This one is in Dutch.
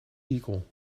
eagle